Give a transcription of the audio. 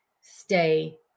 Stay